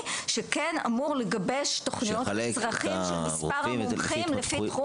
שכן אמור לגבש תוכניות לצרכים של מספר המומחים לפי תחום.